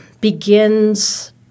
begins